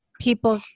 people